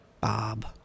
Bob